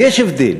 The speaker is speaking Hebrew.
ויש הבדל.